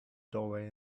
doorway